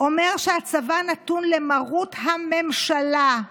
הצבא נתון למרות הממשלה.